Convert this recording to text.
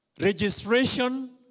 registration